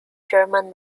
german